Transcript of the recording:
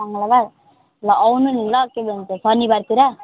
मङ्गलबार ल आउनु नि ल के भन्छ शनिबारतिर